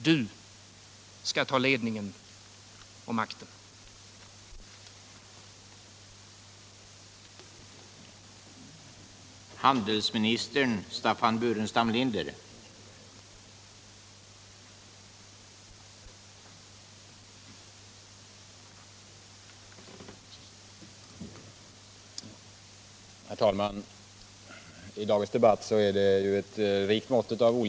Du skall ta ledningen och makten.